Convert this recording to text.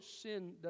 sin